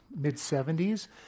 mid-70s